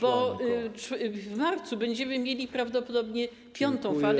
Bo w marcu będziemy mieli prawdopodobnie piątą falę.